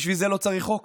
בשביל זה לא צריך חוק.